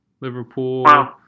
Liverpool